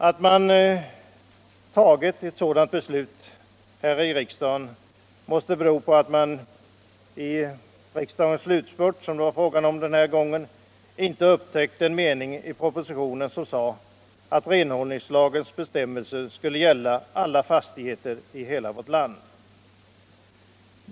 Att man fattade ett sådant beslut här i riksdagen måste bero på att man i riksdagens slutspurt den gången inte upptäckte en mening i propositionen som sade att renhållningslagens bestämmelser skulle gälla alla fastigheter i vårt land.